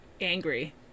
angry